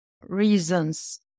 reasons